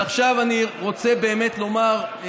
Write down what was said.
עכשיו אני רוצה באמת לומר,